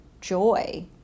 joy